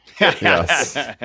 Yes